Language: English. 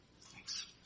Thanks